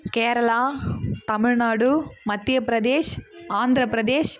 Kerala Tamil Nadu Madhya Pradesh Andhra Pradesh